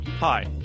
Hi